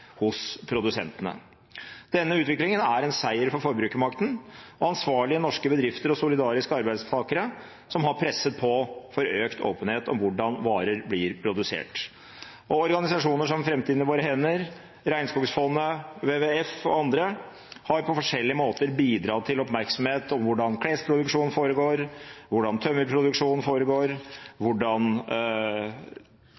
hos produsentene. Denne utviklingen er en seier for forbrukermakten, ansvarlige norske bedrifter og solidariske arbeidstakere, som har presset på for økt åpenhet om hvordan varer blir produsert. Organisasjoner som Framtiden i våre hender, Regnskogfondet, WWF og andre har på forskjellige måter bidratt til oppmerksomhet om hvordan klesproduksjonen foregår, hvordan tømmerproduksjonen foregår,